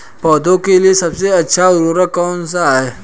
पौधों के लिए सबसे अच्छा उर्वरक कौन सा है?